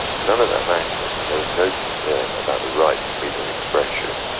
none of that mattered, there was no concern about the rights to freedom of expression,